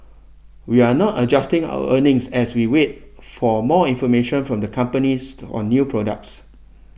we are not adjusting our earnings as we await for more information from the companies on new products